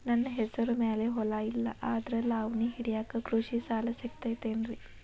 ನನ್ನ ಹೆಸರು ಮ್ಯಾಲೆ ಹೊಲಾ ಇಲ್ಲ ಆದ್ರ ಲಾವಣಿ ಹಿಡಿಯಾಕ್ ಕೃಷಿ ಸಾಲಾ ಸಿಗತೈತಿ ಏನ್ರಿ?